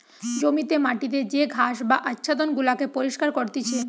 জমিতে মাটিতে যে ঘাস বা আচ্ছাদন গুলাকে পরিষ্কার করতিছে